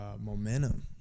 momentum